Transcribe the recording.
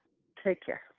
take care.